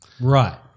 Right